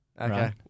Okay